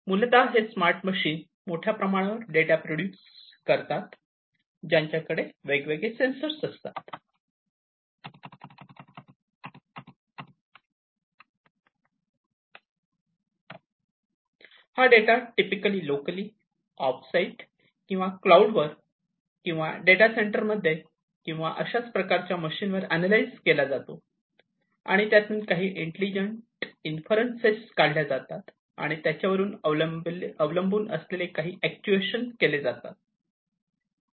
मूलतः हे smart machine मोठ्या प्रमाणात डेटा प्रोडूस करतात ज्यांच्याकडे वेगवेगळे सेंसर असतात हा data typically locally off site किंवा क्लाउड वर किंवा डेटा सेंटरमध्ये किंवा अशाच प्रकारच्या मशीनवर अनलाईज केला जातो आणि त्यातून काही इंटेलिजंट इन्फरन्स काढल्या जातात आणि त्याच्यावर अवलंबून असलेले काही अकचूएशन केले जातात